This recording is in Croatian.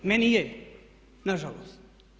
Meni je, na žalost.